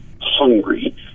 hungry